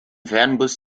fernbus